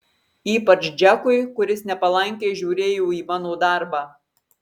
ypač džekui kuris nepalankiai žiūrėjo į mano darbą